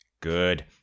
Good